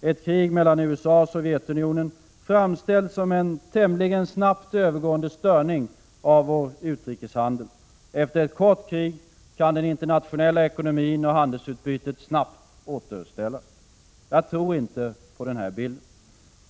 Ett krig mellan USA och Sovjetunionen framställs som en tämligen snabbt övergående störning av vår utrikeshandel. Efter ett kort krig kan den internationella ekonomin och handelsutbytet snabbt återställas. Jag tror inte på denna bild.